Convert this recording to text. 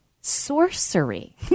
sorcery